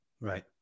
Right